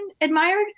admired